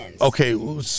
okay